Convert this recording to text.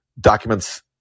documents